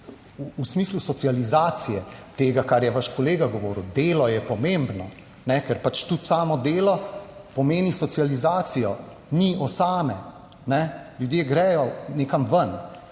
v smislu socializacije, tega, kar je vaš kolega govoril, delo je pomembno, ker tudi samo delo pomeni socializacijo, ni osame, ljudje gredo nekam ven.